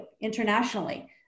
internationally